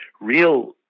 Real